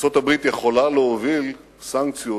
ארצות-הברית יכולה להוביל סנקציות